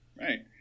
right